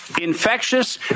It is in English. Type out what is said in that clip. Infectious